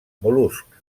mol·luscs